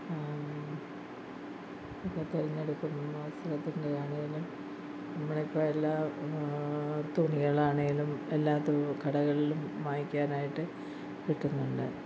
തിരഞ്ഞെടുക്കുന്ന വസ്ത്രത്തിൻ്റെ ആണെങ്കിലും നമ്മളിപ്പം എല്ലാ തുണികൾ ആണെങ്കിലും എല്ലാ തു കടകളിലും വാങ്ങിക്കാനായിട്ട് കിട്ടുന്നുണ്ട്